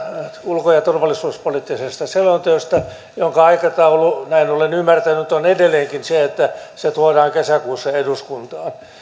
ulko ja turvallisuuspoliittisen selonteon valmistelua sen aikataulu näin olen ymmärtänyt on edelleenkin se että se tuodaan kesäkuussa eduskuntaan